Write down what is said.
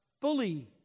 fully